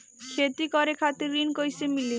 खेती करे खातिर ऋण कइसे मिली?